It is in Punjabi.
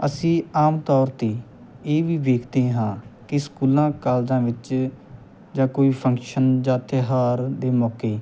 ਅਸੀਂ ਆਮ ਤੌਰ 'ਤੇ ਇਹ ਵੀ ਵੇਖਦੇ ਹਾਂ ਕਿ ਸਕੂਲਾਂ ਕਾਲਜਾਂ ਵਿੱਚ ਜਾਂ ਕੋਈ ਫੰਕਸ਼ਨ ਜਾਂ ਤਿਉਹਾਰ ਦੇ ਮੌਕੇ